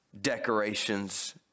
decorations